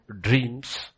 dreams